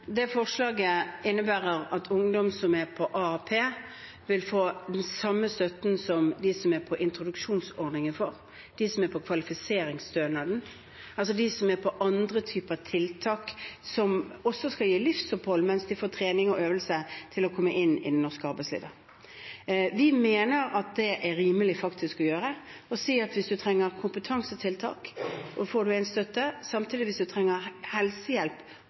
Det forslaget innebærer at ungdom som er på AAP, vil få den samme støtten som det som de som er på introduksjonsordningen, får, de som får kvalifiseringsstønad, de som er på andre typer tiltak som også skal gi livsopphold mens de får trening og øvelse i å komme inn i det norske arbeidslivet. Vi mener det er rimelig faktisk å gjøre det, å si at hvis man trenger kompetansetiltak, får man en støtte. Samtidig: Hvis man trenger helsehjelp